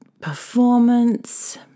performance